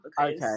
okay